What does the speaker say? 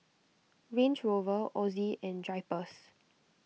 Range Rover Ozi and Drypers